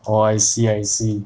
oh I see I see